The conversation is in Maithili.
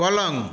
पलङ्ग